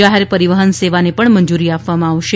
જાહેર પરિવહન સેવાને પણ મંજૂરી આપવામાં આવશે